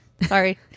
Sorry